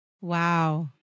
Wow